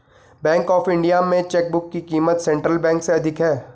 bank of India में chequebook की क़ीमत सेंट्रल बैंक से अधिक है